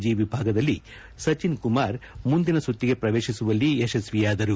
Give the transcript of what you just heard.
G ವಿಭಾಗದಲ್ಲಿ ಸಚಿನ್ಕುಮಾರ್ ಮುಂದಿನ ಸುತ್ತಿಗೆ ಪ್ರವೇಶಿಸುವಲ್ಲಿ ಯಶಸ್ವಿಯಾದರು